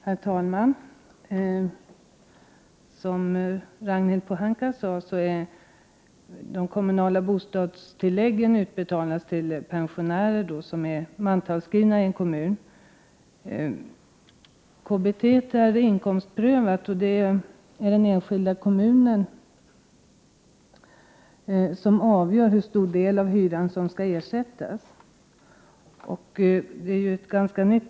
Herr talman! Som Ragnhild Pohanka sade utges kommunalt bostadstilllägg, KBT, som tilläggsförmån till den som är mantalsskriven i en kommun. KBT är inkomstprövat. Den enskilda kommunen avgör hur stor del av hyran 87 som man skall få ersättning för.